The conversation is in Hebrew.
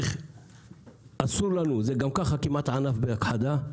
גם כך זה כמעט ענף בהכחדה,